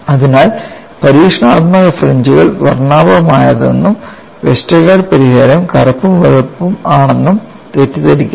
അതിനാൽ പരീക്ഷണാത്മക ഫ്രിഞ്ച്കൾ വർണ്ണാഭമായതാണെന്നും വെസ്റ്റർഗാർഡ് പരിഹാരം കറുപ്പും വെളുപ്പും ആണെന്നും തെറ്റിദ്ധരിക്കരുത്